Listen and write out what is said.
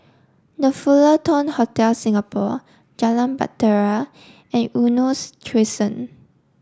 The Fullerton Hotel Singapore Jalan Bahtera and Eunos Crescent